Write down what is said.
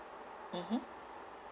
mmhmm